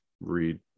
read